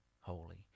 holy